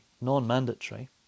non-mandatory